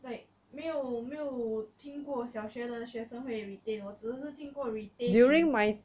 like 没有没有听过小学的学生会 retain 我只是听过 retain